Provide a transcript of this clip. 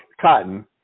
cotton